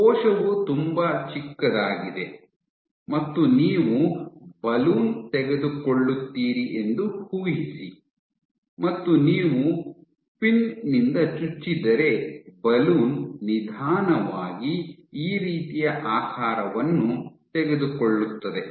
ಕೋಶವು ತುಂಬಾ ಚಿಕ್ಕದಾಗಿದೆ ಮತ್ತು ನೀವು ಬಲೂನ್ ತೆಗೆದುಕೊಳ್ಳುತ್ತೀರಿ ಎಂದು ಊಹಿಸಿ ಮತ್ತು ನೀವು ಪಿನ್ ನಿಂದ ಚುಚ್ಚಿದರೆ ಬಲೂನ್ ನಿಧಾನವಾಗಿ ಈ ರೀತಿಯ ಆಕಾರವನ್ನು ತೆಗೆದುಕೊಳ್ಳುತ್ತದೆ